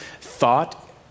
thought